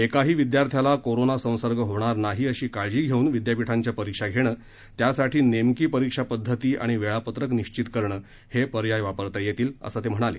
एकाही विद्यार्थ्याला कोरोनासंसर्ग होणार नाही अशी काळजी घेऊन विद्यापीठांच्या परीक्षा घेणं त्यासाठी नेमकी परीक्षा पद्धती आणि वेळापत्रक निश्वित करणंहे पर्याय वापरता येतील असं ते म्हणाले